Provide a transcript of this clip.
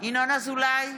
ינון אזולאי,